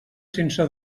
sense